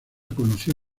conoció